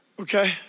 okay